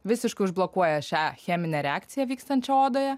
visiškai užblokuoja šią cheminę reakciją vykstančią odoje